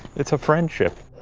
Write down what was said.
it's a friendship.